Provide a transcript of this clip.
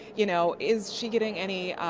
you know, is she getting any,